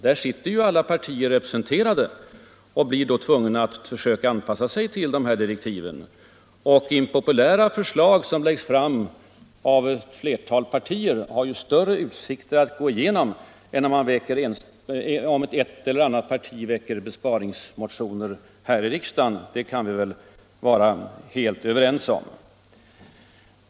Där är ju alla partier representerade och ledamöterna blir då tvungna att försöka anpassa sig till direktiven. Impopulära förslag som läggs fram av ett flertal partier har ju större utsikter att gå igenom än besparingsmotioner som väcks av ett eller annat parti här i riksdagen - det kan vi väl vara helt överens om.